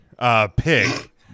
pick